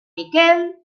miquel